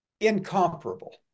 incomparable